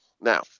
Now